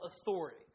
authority